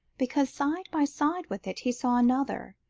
because side by side with it, he saw another,